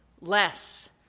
less